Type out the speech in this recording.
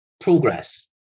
progress